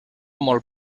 molt